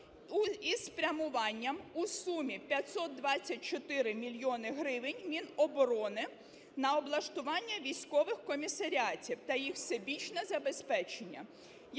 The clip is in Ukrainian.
із спрямуванням у сумі 524 мільйони гривень Міноборони на облаштування військових комісаріатів та їх всебічне забезпечення,